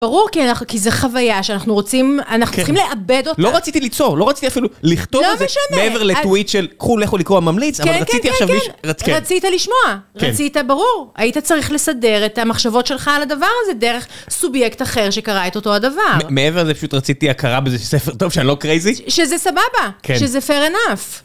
ברור כי זה חוויה שאנחנו רוצים, אנחנו צריכים לעבד אותה. לא רציתי ליצור, לא רציתי אפילו לכתוב את זה מעבר לטוויט של קחו לכו לקרוא הממליץ, אבל רצית לשמוע. רצית, ברור, היית צריך לסדר את המחשבות שלך על הדבר הזה דרך סובייקט אחר שקרא את אותו הדבר. מעבר לזה פשוט רציתי הכרה בזה ספר טוב שאני לא קרייזי. שזה סבבה, שזה fare enough.